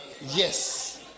Yes